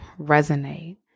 resonate